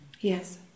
Yes